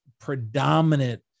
predominant